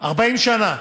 40 שנה,